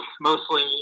mostly